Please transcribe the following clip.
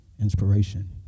inspiration